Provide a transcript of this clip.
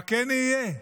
מה כן יהיה?